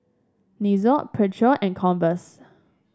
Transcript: Nixon Pedro and Converse